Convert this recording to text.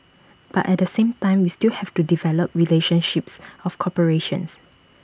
but at the same time we still have to develop relationships of cooperations